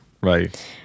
Right